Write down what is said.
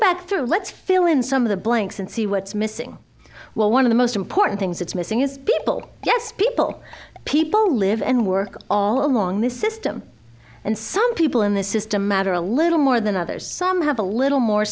through let's fill in some of the blanks and see what's missing while one of the most important things that's missing is people yes people people live and work all along this system and some people in this system matter a little more than others some have a little more